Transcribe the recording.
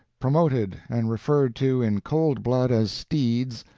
promoted, and referred to in cold blood as steeds,